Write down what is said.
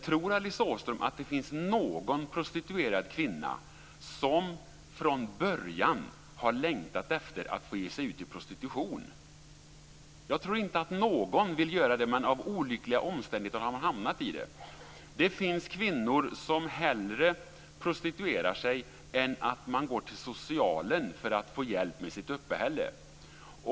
Tror Alice Åström att det finns någon prostituerad kvinna som från början har längtat efter att få ge sig ut i prostitution? Jag tror inte att någon vill göra det, men av olyckliga omständigheter har de hamnat i den. Det finns kvinnor som hellre prostituerar sig än går till socialen för att få hjälp med sitt uppehälle.